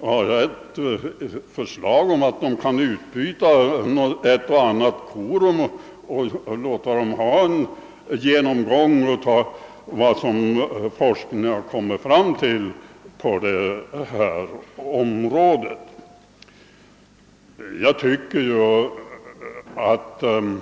undervisning vill jag föreslå att man byter ut ett och annan korum mot en genomgång av vad forskningen på detta område har kommit fram till.